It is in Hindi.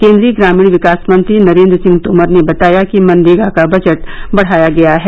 केन्द्रीय ग्रामीण विकास मंत्री नरेन्द्र सिंह तोमर ने बताया कि मनरेगा का बजट बढाया गया है